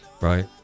Right